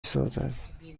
سازند